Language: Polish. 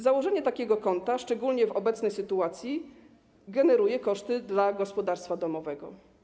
Założenie takiego konta, szczególnie w obecnej sytuacji, generuje koszty dla gospodarstwa domowego.